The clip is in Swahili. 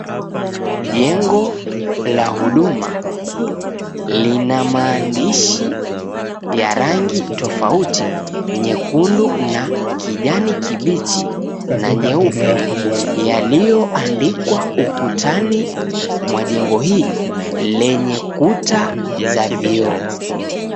Jengo la huduma lina maandishi ya rangi tofauti; nyekundu na kijani kibichi na nyeupe, yaliyoandikwa ukutani mwa jengo hili lenye kuta za vioo.